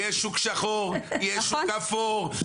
יהיה שוק שחור, יהיה שוק אפור.